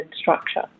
structure